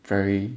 very